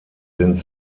sind